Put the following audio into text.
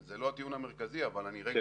קודם כל, זה לא הדיון המרכזי, אבל אני אומר,